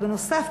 בנוסף,